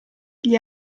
gli